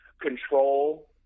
control